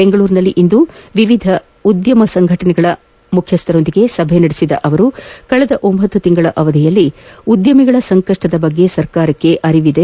ಬೆಂಗಳೂರಿನಲ್ಲಿಂದು ವಿವಿಧ ವಾಣೆಜ್ಜೋದ್ದಮ ಸಂಘಟನೆಗಳ ಮುಖ್ಯಸ್ಥರೊಂದಿಗೆ ಸಭೆ ನಡೆಸಿದ ಅವರು ಕಳೆದ ಒಂದು ತಿಂಗಳ ಅವಧಿಯಲ್ಲಿ ಕೈಗಾರಿಕೋದ್ಧಮಿಗಳ ಸಂಕಷ್ಟದ ಬಗ್ಗೆ ಸರ್ಕಾರಕ್ಷೆ ಅರಿವಿದೆ